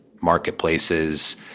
marketplaces